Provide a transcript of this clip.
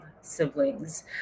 siblings